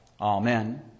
Amen